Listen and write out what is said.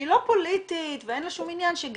שהיא לא פוליטית ואין לה שום עניין שגם